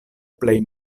plej